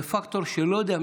זה פקטור שאני לא יודע,